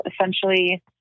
essentially